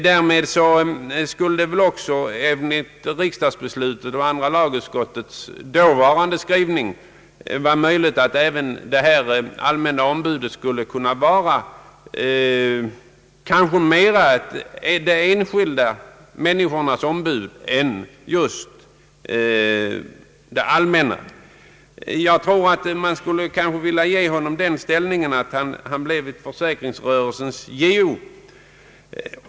Därmed skulle väl det allmänna ombudet — i enlighet med riksdagsbeslutet och andra lagutskottets dåvarande skrivning — mera vara de enskilda människornas ombud än ett ombud för det allmänna. Jag anser att ombudet borde få en sådan ställning att han blev försäkringsområdets JO.